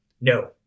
No